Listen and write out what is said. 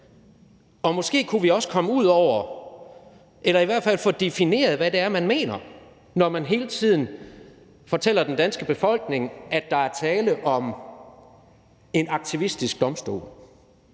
Og måske kunne vi også komme ud over eller i hvert fald få defineret, hvad det er, man mener, når man hele tiden fortæller den danske befolkning, at der er tale om en aktivistisk domstol.